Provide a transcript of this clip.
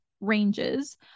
ranges